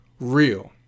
real